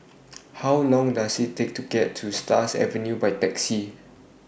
How Long Does IT Take to get to Stars Avenue By Taxi